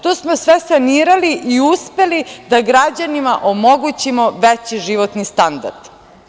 To smo sve sanirali i uspeli da građanima omogućimo veći životni standard.